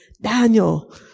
Daniel